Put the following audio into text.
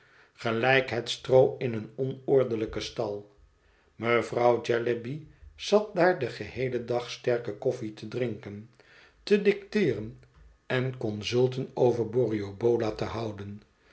gelijk het stroo in een onordelijken stal mevrouw jellyby zat daar den geheelen dag sterke koffie te drinken te dicteeren en consulten over borrioboola te houden